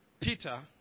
Peter